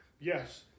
Yes